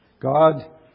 God